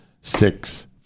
six